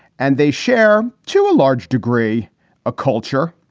and they share to a large degree a culture.